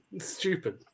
stupid